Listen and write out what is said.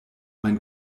mein